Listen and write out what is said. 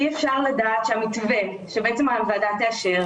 אי אפשר לדעת שהמתווה שבעצם הוועדה תאשר